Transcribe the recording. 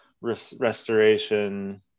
restoration